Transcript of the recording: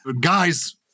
Guys